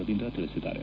ರವೀಂದ್ರ ತಿಳಿಸಿದ್ದಾರೆ